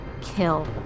kill